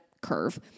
curve